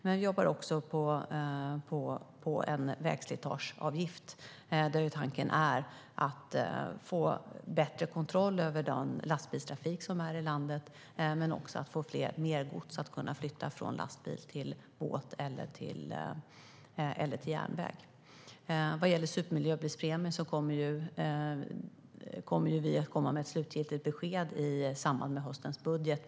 Men vi jobbar också på en vägslitageavgift, där tanken är att få bättre kontroll över lastbilstrafiken i landet och att få mer gods att kunna flytta från lastbil till båt eller järnväg. Vad gäller supermiljöbilspremien kommer vi med ett slutgiltigt besked i samband med höstens budget.